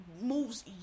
moves